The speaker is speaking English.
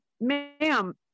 ma'am